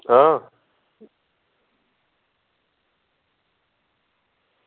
हां